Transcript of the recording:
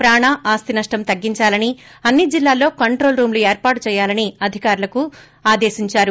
ప్రాణ ఆస్తి నష్టం తగ్గించాలని అన్సి జిల్లాల్లో కంట్రోల్ రూమ్లు ఏర్పాటు చేయాలని అధికారులకు చంద్రబాబు ఆదేశించారు